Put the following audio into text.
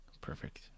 perfect